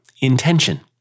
intention